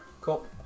Cool